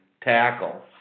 Tackle